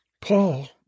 Paul